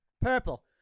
Purple